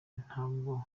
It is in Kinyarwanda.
ntabwo